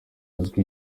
uzwi